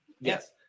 Yes